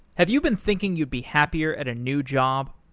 have you been thinking you'd be happier at a new job?